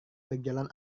berjalan